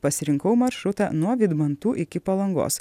pasirinkau maršrutą nuo vydmantų iki palangos